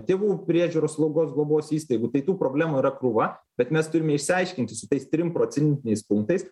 tėvų priežiūros slaugos globos įstaigų tai tų problemų yra krūva bet mes turime išsiaiškinti su tais trim procentiniais punktais